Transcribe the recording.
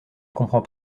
comprends